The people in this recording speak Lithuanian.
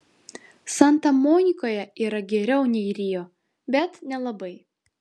santa monikoje yra geriau nei rio bet nelabai